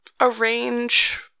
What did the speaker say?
arrange